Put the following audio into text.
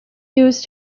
used